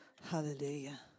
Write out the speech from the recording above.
Hallelujah